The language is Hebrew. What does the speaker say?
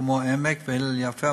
כמו "העמק" והלל יפה,